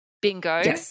Bingo